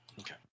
Okay